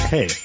Hey